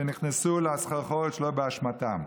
שנכנסו לסחרחורת שלא באשמתם.